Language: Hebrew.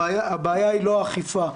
הבעיה היא לא האכיפה.